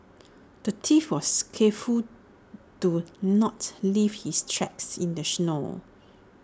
the thief was careful to not leave his tracks in the snow